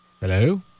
Hello